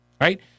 right